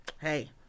hey